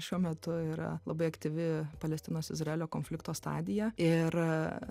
šiuo metu yra labai aktyvi palestinos izraelio konflikto stadija ir